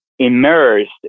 immersed